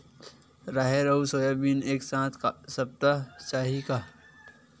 राहेर अउ सोयाबीन एक साथ सप्ता चाही का?